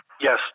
Yes